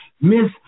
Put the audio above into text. miss